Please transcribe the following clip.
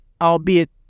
Albeit